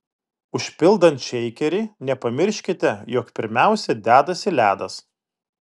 užpildant šeikerį nepamirškite jog pirmiausia dedasi ledas